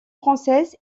française